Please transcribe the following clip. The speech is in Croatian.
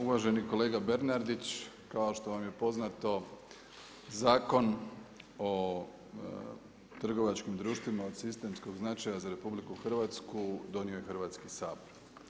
Uvaženi kolega Bernardić, kao što vam je poznato Zakon o trgovačkim društvima od sistemskog značaja za RH donio je Hrvatski sabor.